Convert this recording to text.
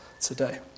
today